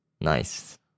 Nice